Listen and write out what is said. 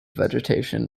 vegetation